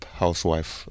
housewife